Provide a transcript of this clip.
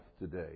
today